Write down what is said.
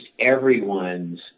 everyone's